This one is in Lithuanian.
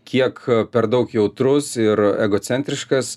kiek per daug jautrus ir egocentriškas